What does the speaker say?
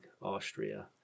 austria